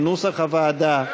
כנוסח הוועדה,